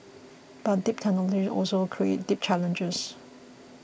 but deep technology also creates deep challenges